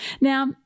Now